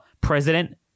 president